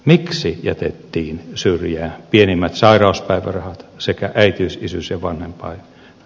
miksi jätettiin syrjään pienimmät sairauspäivärahat sekä äitiys isyys ja vanhempainrahat